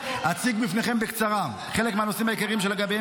אציג בפניכם בקצרה חלק מהנושאים העיקריים שלגביהם